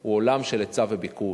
הוא עולם של היצע וביקוש.